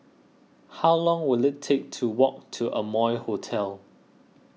how long will it take to walk to Amoy Hotel